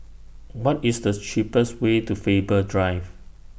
What IS The cheapest Way to Faber Drive